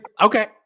okay